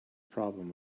problem